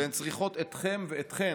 והן צריכות אתכם ואתכן,